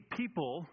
people